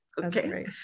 Okay